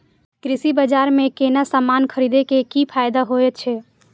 कृषि बाजार में कोनो सामान खरीदे के कि फायदा होयत छै?